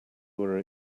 were